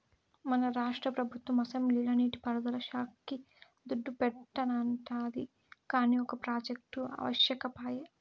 మన రాష్ట్ర పెబుత్వం అసెంబ్లీల నీటి పారుదల శాక్కి దుడ్డు పెట్టానండాది, కానీ ఒక ప్రాజెక్టు అవ్యకపాయె